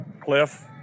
Cliff